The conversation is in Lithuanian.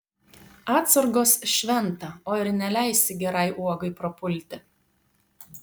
atsargos šventa o ir neleisi gerai uogai prapulti